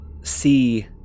see